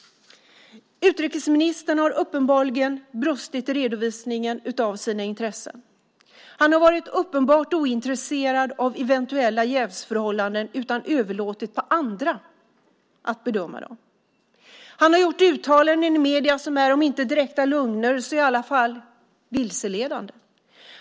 Utrikesministern har uppenbarligen brustit i redovisningen av sina intressen. Han har varit tydligt ointresserad av eventuella jävsförhållanden utan överlåtit på andra att bedöma dem. Han har gjort uttalanden i medierna som är om än inte direkta lögner så i alla fall vilseledande.